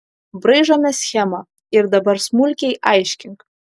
braižome schemą ir dabar smulkiai aiškink